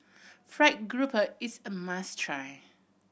fried grouper is a must try